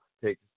take